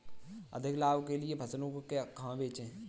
अधिक लाभ के लिए फसलों को कहाँ बेचें?